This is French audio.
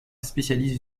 spécialiste